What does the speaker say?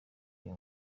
uyu